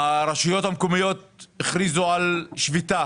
הרשויות המקומיות הכריזו על שביתה